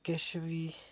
किश बी